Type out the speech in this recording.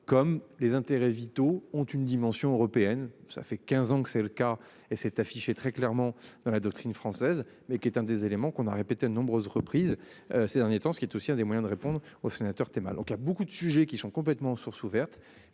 comme les intérêts vitaux. Ont une dimension européenne. Ça fait 15 ans que c'est le cas et cette affiche est très clairement dans la doctrine française mais qui est un des éléments qu'on a répété à de nombreuses reprises ces derniers temps, ce qui est aussi un des moyens de répondre aux sénateurs téma donc il y a beaucoup de sujets qui sont complètement en sources ouvertes